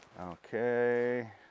Okay